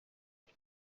nti